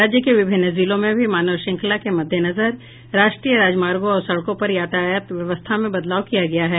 राज्य के विभिन्न जिलों में भी मानव श्रृंखला के मददेनजर राष्ट्रीय राजमार्गों और सड़कों पर यातायात व्यवस्था में बदलाव किया गया है